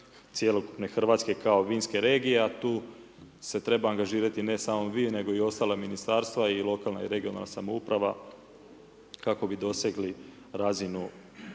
cjelokupne Hrvatske kao vinske regije a tu se treba angažirati ne samo vi nego i ostala ministarstva i lokalna i regionalna samouprava kako bi dosegli razinu